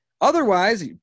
Otherwise